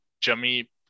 Jimmy